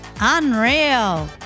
Unreal